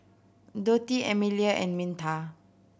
Dotty Emelia and Minta